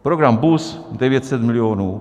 Program BUS 900 milionů.